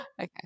Okay